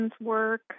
work